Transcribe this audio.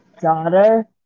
daughter